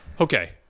okay